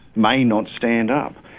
may not stand up.